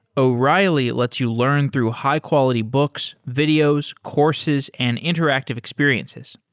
o'reilly lets you learn through high-quality books, videos, courses and interactive experiences.